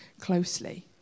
closely